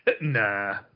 Nah